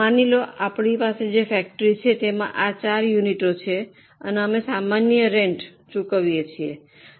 માની લો અમારી પાસે ફેક્ટરી છે જેમાં આ ચાર યુનિટો છે અને અમે સામાન્ય રેન્ટ ચૂકવીએ છીએ